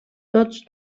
tots